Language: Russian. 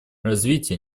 развитие